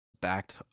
backed